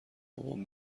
بابام